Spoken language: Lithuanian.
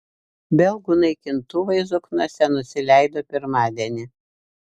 belgų naikintuvai zokniuose nusileido pirmadienį